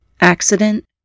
accident